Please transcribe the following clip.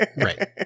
Right